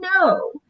no